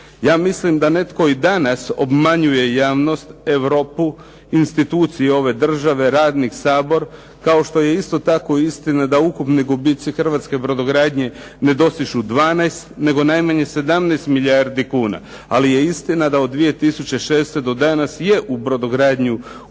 Ja mislim da netko i danas obmanjuje javnost, Europu, institucije ove države, radni Sabor kao što je isto tako istina da ukupni gubici hrvatske brodogradnje ne dosižu 12 nego najmanje 17 milijardi kuna, ali je istina da od 2006. do danas je u brodogradnju upucano